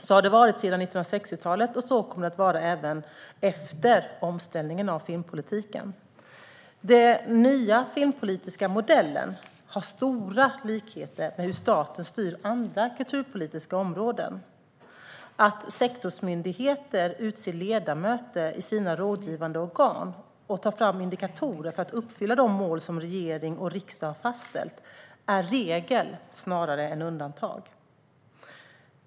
Så har det varit sedan 1960-talet, och så kommer det att vara även efter omställningen av filmpolitiken. Den nya filmpolitiska modellen har stora likheter med hur staten styr andra kulturpolitiska områden. Att sektorsmyndigheter utser ledamöter i sina rådgivande organ och tar fram indikatorer för att uppfylla de mål som regering och riksdag har fastställt är regel snarare än undantag.